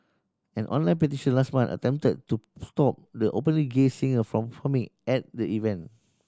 an online petition last month attempted to stop the openly gay singer from performing at the event